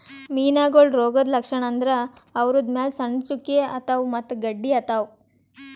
ಮೀನಾಗೋಳ್ ರೋಗದ್ ಲಕ್ಷಣ್ ಅಂದ್ರ ಅವುದ್ರ್ ಮ್ಯಾಲ್ ಸಣ್ಣ್ ಚುಕ್ಕಿ ಆತವ್ ಮತ್ತ್ ಗಡ್ಡಿ ಆತವ್